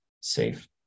safe